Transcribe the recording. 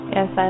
Yes